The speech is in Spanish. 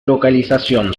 localización